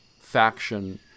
faction